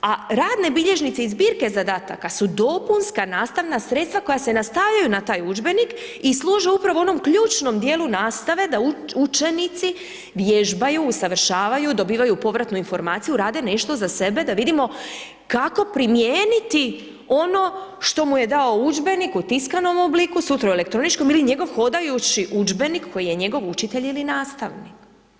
A radne bilježnice i zbirke zadataka su dopunska nastavna sredstva koja se nastavljaju na taj udžbenik i služe upravo onom ključnom dijelu nastave da učenici vježbaju, usavršavaju, dobivaju povratnu informaciju, rade nešto za sebe da vidimo kako primijeniti ono što mu je dao udžbenik u tiskanom obliku, sutra u elektroničkom ili njegov hodajući udžbenik koji je njegov učitelj ili nastavnik.